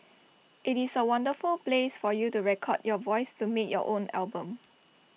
IT is A wonderful place for you to record your voice to make your own album